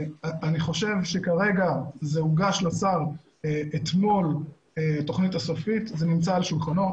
אני חושב שאתמול הוגשה לשר התוכנית הסופית והיא על שולחנו.